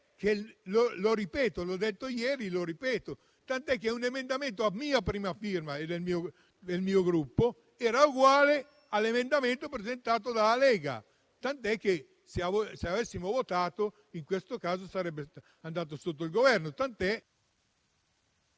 che - l'ho detto anche ieri - un emendamento a mia prima firma e del mio Gruppo era uguale all'emendamento presentato dalla Lega; se avessimo votato, in questo caso sarebbe andato sotto il Governo.